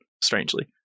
strangely